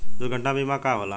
दुर्घटना बीमा का होला?